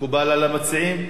מקובל על המציעים?